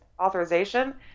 authorization